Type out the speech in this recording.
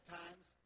times